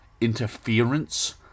interference